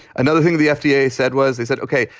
another thing the fda yeah said was they said, ok,